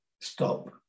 stop